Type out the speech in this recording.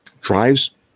Drives